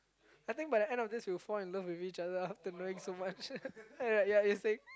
I think by the end of this we will fall in love with each other after knowing so much right ya you are saying